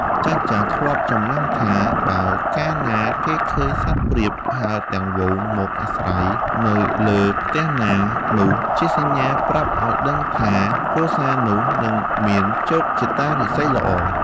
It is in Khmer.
ចាស់ៗ ធ្លាប់ចំណាំថា បើកាលណាគេឃើញសត្វព្រាបហើរទាំងហ្វូងមកអាស្រ័យនៅលើផ្ទះណា នោះជាសញ្ញាប្រាប់ឱ្យដឹងថា គ្រួសារនោះនឹងមានជោគជតារាសីល្អ។